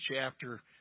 chapter